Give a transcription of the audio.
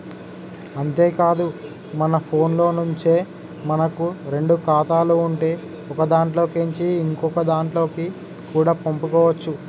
అంతేకాదు మన ఫోన్లో నుంచే మనకు రెండు ఖాతాలు ఉంటే ఒకదాంట్లో కేంచి ఇంకోదాంట్లకి కూడా పంపుకోవచ్చు